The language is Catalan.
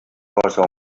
cosa